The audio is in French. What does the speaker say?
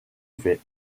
fait